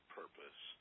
purpose